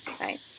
right